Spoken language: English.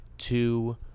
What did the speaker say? Two